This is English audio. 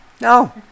No